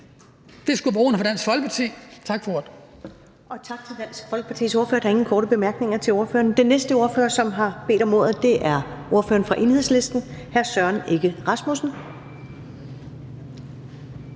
Første næstformand (Karen Ellemann): Tak til Dansk Folkepartis ordfører. Der er ingen korte bemærkninger til ordføreren. Den næste ordfører, som har bedt om ordet, er ordføreren for Enhedslisten, hr. Søren Egge Rasmussen.